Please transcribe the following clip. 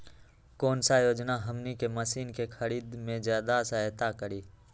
कौन योजना हमनी के मशीन के खरीद में ज्यादा सहायता करी?